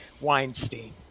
Weinstein